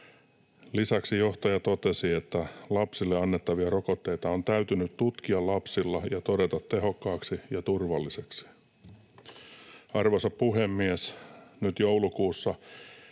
Lisäksi johtaja totesi, että ”lapsille annettavia rokotteita on täytynyt tutkia lapsilla ja todeta tehokkaaksi ja turvalliseksi”. Arvoisa puhemies! Nyt joulukuussa,